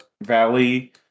valley